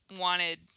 wanted